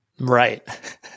right